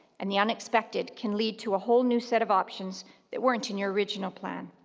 and the unexpected can lead to a whole new set of options that weren't in your original plan.